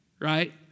right